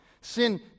Sin